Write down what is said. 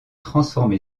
transformé